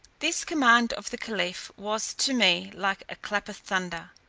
this command of the caliph was to me like a clap of thunder.